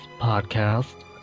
podcast